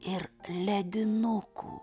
ir ledinukų